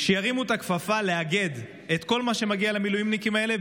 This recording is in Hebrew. שירימו את הכפפה: לאגד את כל מה שמגיע למילואימניקים האלה,